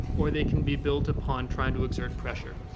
or they can be built upon trying to exert pressure.